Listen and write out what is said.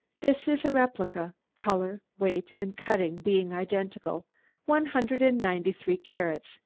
this is a replica color, weight and cutting being identical one hundred and ninety-three carats,